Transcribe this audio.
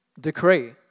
decree